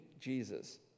Jesus